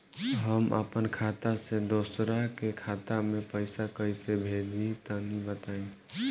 हम आपन खाता से दोसरा के खाता मे पईसा कइसे भेजि तनि बताईं?